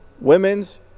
Women's